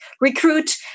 recruit